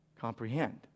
comprehend